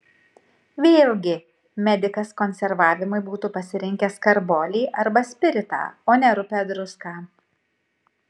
vėlgi medikas konservavimui būtų pasirinkęs karbolį arba spiritą o ne rupią druską